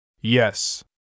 Yes